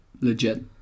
Legit